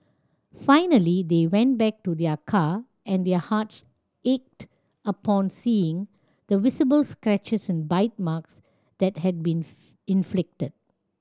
finally they went back to their car and their hearts ached upon seeing the visible scratches and bite marks that had been inflicted